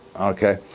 Okay